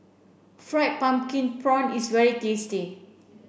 fried pumpkin prawn is very tasty